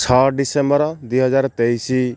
ଛଅ ଡିସେମ୍ବର ଦୁଇ ହଜାର ତେଇଶି